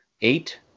eight